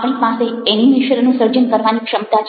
આપણી પાસે એનિમેશન નું સર્જન કરવાની ક્ષમતા છે